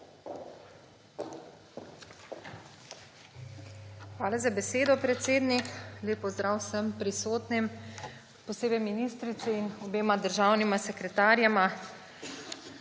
Hvala za besedo, predsednik. Lep pozdrav vsem prisotnim, posebej ministrici, obema državnima sekretarjema!